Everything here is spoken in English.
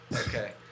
Okay